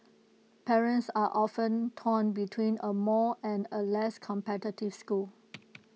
parents are often torn between A more and A less competitive school